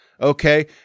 Okay